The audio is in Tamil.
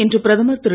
இன்று பிரதமர் திரு